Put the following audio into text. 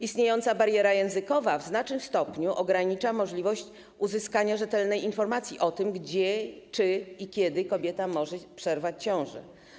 Istniejąca bariera językowa w znacznym stopniu ogranicza możliwość uzyskania rzetelnej informacji o tym gdzie, czy i kiedy kobieta może przerwać ciążę.